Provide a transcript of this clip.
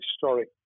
historic